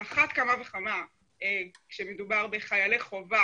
על אחת כמה וכמה כשמדובר בחיילי חובה